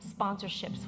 sponsorships